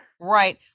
Right